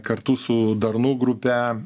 kartu su darnu grupe